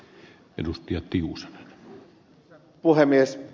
arvoisa puhemies